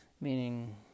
Meaning